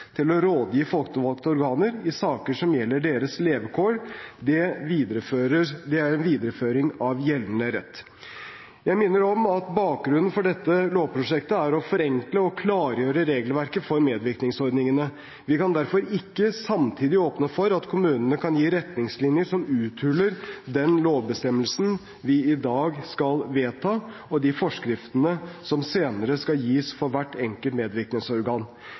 til å rådgi folkevalgte organer i saker som gjelder sine levekår. Det er en videreføring av gjeldende rett. Jeg minner om at bakgrunnen for dette lovprosjektet er å forenkle og klargjøre regelverket for medvirkningsordningene. Vi kan derfor ikke samtidig åpne for at kommunene kan gi retningslinjer som uthuler den lovbestemmelsen vi i dag skal vedta, og de forskriftene som senere skal gis for hvert enkelt medvirkningsorgan.